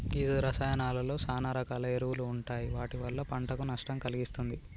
గీ రసాయానాలలో సాన రకాల ఎరువులు ఉంటాయి వాటి వల్ల పంటకు నష్టం కలిగిస్తుంది